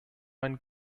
ein